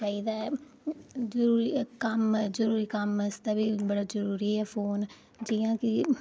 चाहिदा ऐ प्ही कम्म जरुरी कम्म आस्तै बी बड़ा जरूरी ऐ फोन जि'यां कि